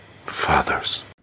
fathers